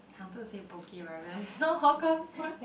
I wanted to say Poke right I realise is not hawker food